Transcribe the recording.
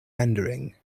rendering